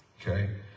okay